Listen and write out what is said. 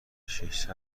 ششصد